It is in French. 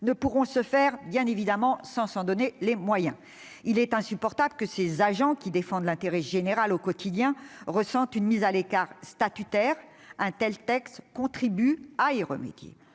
ne pourront évidemment être atteintes si l'on ne s'en donne pas les moyens. Il est insupportable que ces agents qui défendent l'intérêt général au quotidien ressentent une mise à l'écart statutaire ; un tel texte contribue à y remédier.